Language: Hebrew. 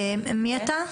מי אתה?